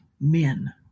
men